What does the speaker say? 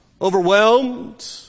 overwhelmed